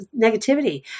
negativity